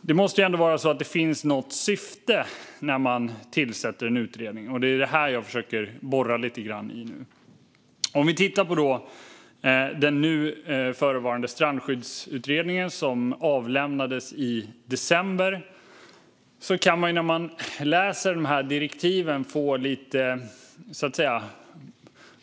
Det måste ändå finnas något syfte när man tillsätter en utredning. Det är detta jag försöker borra lite grann i nu. När det gäller den förevarande strandskyddsutredningen, som avlämnades i december, kan man när man läser direktiven få lite